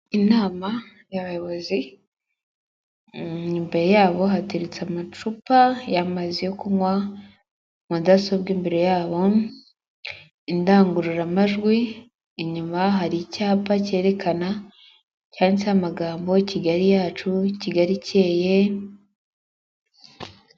Inama y'abayobozi imbere yabo hateriretse amacupa y'amazi yo kunywa mudasobwa imbere yabo, indangururamajwi, inyuma hari icyapa cyerekana cyanditseho amagambo Kigali yacu Kigali ikeye.